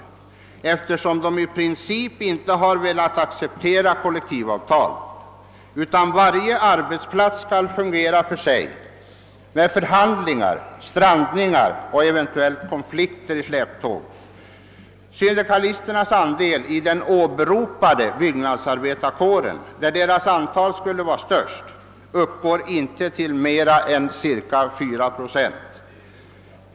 De har ju i princip inte velat acceptera kollektivavtal utan anser att varje ar betsplats skall fungera självständigt, med förhandlingar, strandningar och eventuella konflikter i släptåg. Syndikalisternas andel i den åberopade byggnadsarbetarkåren, där deras antal skulle vara störst, uppgår inte till mera än cirka 4 procent.